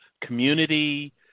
community